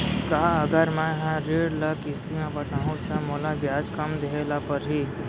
का अगर मैं हा ऋण ल किस्ती म पटाहूँ त मोला ब्याज कम देहे ल परही?